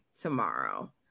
tomorrow